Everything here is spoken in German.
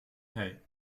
hei